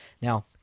Now